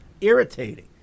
irritating